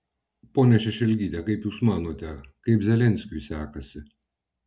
ponia šešelgyte kaip jūs manote kaip zelenskiui sekasi